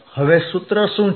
હવે સૂત્ર શું છે